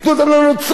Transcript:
תנו אותם לנוצרים,